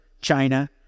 China